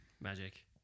magic